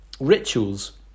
rituals